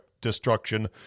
destruction